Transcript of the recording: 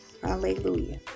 Hallelujah